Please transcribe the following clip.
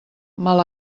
mal